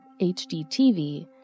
HDTV